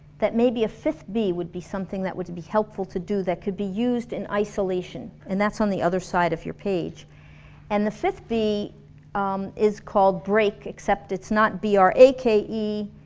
that maybe a fifth b would be something that would be helpful to do that could be used in isolation and that's on the other side of your page and the fifth b um is called break, except it's not b r a k e,